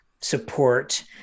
support